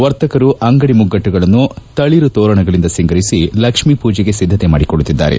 ವರ್ತಕರು ಅಂಗಡಿ ಮುಗ್ಗಟ್ಟುಗಳನ್ನು ತಳಿರು ತೋರಣಗಳಿಂದ ಸಿಂಗರಿಸಿ ಲಕ್ಷ್ಮೀ ಪೂಜೆಗೆ ಸಿದ್ದತೆ ಮಾಡಿಕೊಳ್ಳುತ್ತಿದ್ದಾರೆ